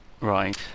Right